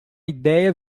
ideia